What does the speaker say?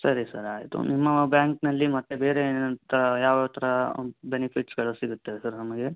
ಸರಿ ಸರ್ ಆಯಿತು ನಿಮ್ಮ ಬ್ಯಾಂಕ್ನಲ್ಲಿ ಮತ್ತು ಬೇರೆ ಅಂಥ ಯಾವ ಥರ ಬೆನಿಫಿಟ್ಸ್ಗಳು ಸಿಗುತ್ತೆ ಸರ್ ನಮಗೆ